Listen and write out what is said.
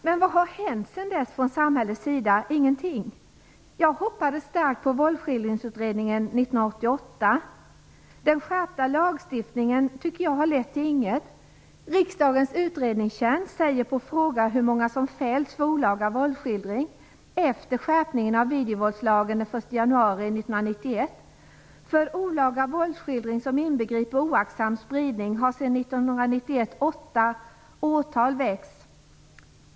Men vad har hänt sedan dess från samhällets sida? Ingenting. Jag hoppades starkt på Våldsskildringsutredningen 1988. Den skärpta lagstiftningen har inte lett till någonting. Riksdagens utredningstjänst har tagit reda på hur många som fällts för olaga våldsskildring som inbegriper oaktsam spridning efter skärpningen av videovåldslagen den 1 januari 1991. För olaga våldsskildring som inbegriper oaktsam spridning har sedan 1991 åtal väckts i åtta ärenden.